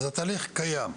אז התהליך קיים.